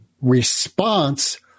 response